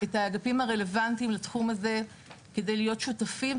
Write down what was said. את האגפים הרלבנטיים לתחום הזה כדי להיות שותפים,